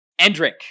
Endrick